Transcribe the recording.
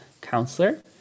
counselor